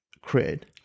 create